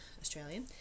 Australian